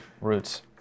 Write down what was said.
roots